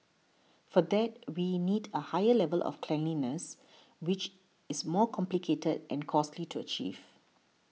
for that we need a higher level of cleanliness which is more complicated and costly to achieve